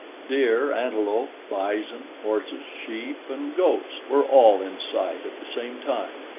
deer, antelope, bison, horses, sheep, and goats were all in sight at the same time,